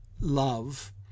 love